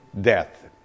death